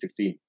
2016